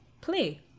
play